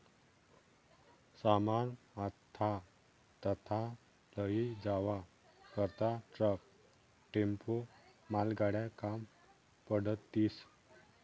सामान आथा तथा लयी जावा करता ट्रक, टेम्पो, मालगाड्या काम पडतीस